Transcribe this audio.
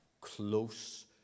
close